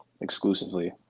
exclusively